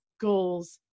goals